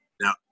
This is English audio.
Now